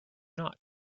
not